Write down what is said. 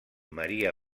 maria